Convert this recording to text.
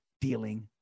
dealing